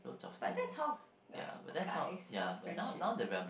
but that is how like guys from friendship right